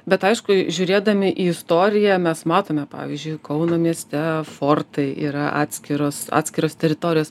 bet aišku žiūrėdami į istoriją mes matome pavyzdžiui kauno mieste fortai yra atskiros atskiros teritorijos